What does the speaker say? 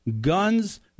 guns